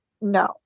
no